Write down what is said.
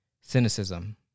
cynicism